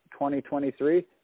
2023